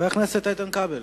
חבר הכנסת איתן כבל.